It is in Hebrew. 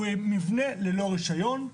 הוא מבנה ללא רישיון,